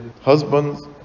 husbands